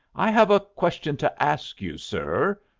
i have a question to ask you, sir,